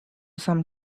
some